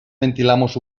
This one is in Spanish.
ventilamos